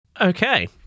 Okay